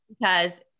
Because-